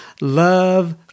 love